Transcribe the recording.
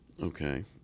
Okay